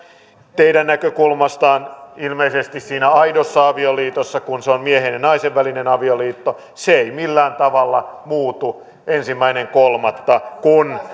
teidän näkökulmastanne ilmeisesti siinä aidossa avioliitossa kun se on miehen ja naisen välinen avioliitto se ei millään tavalla muutu ensimmäinen kolmatta kun